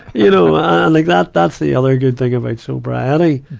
you know and like, that, that's the other good thing about sobriety.